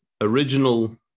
original